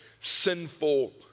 sinful